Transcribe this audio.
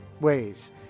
ways